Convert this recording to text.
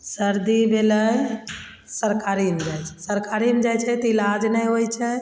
सर्दी भेलय सरकारीमे जाइ छै सरकारीमे जाइ छै तऽ इलाज नहि होइ छै